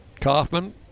Kaufman